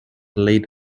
laid